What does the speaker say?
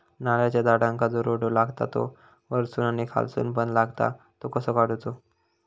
नारळाच्या झाडांका जो रोटो लागता तो वर्सून आणि खालसून पण लागता तो कसो काडूचो?